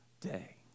day